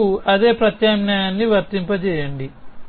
βకు అదే ప్రత్యామ్నాయాన్ని వర్తింపజేయండి